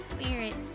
Spirit